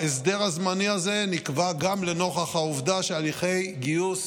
ההסדר הזמני הזה נקבע גם לנוכח העובדה שהליכי גיוס